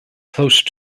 close